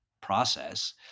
process